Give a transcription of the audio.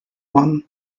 one